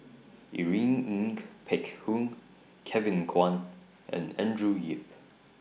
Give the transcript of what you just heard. Irene Ng Phek Hoong Kevin Kwan and Andrew Yip